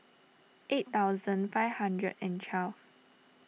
eight thousand five hundred and twelve